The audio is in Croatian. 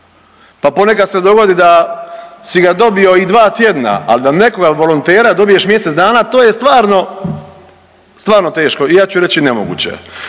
pa ponekad se dogodi da si ga dobio i dva tjedna, ali da nekoga volontera dobiješ mjesec dana to je stvarno, stvarno teško i ja ću reći nemoguće.